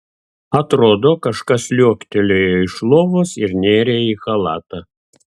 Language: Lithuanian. atrodo kažkas liuoktelėjo iš lovos ir nėrė į chalatą